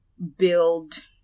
build